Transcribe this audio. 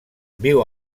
viu